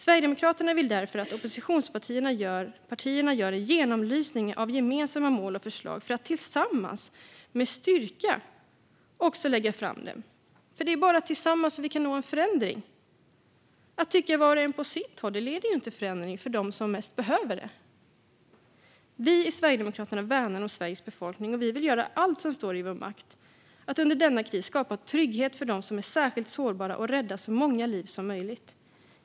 Sverigedemokraterna vill därför att oppositionspartierna gör en genomlysning av gemensamma mål och förslag för att tillsammans med styrka också lägga fram dem. Det är bara tillsammans vi kan få till en ändring. Att tycka var och en på sitt håll leder inte till förändring för dem som mest behöver det. Vi i Sverigedemokraterna värnar om Sveriges befolkning. Vi vill göra allt som står i vår makt för att under denna kris skapa trygghet för dem som är särskilt sårbara och rädda så många liv som möjligt.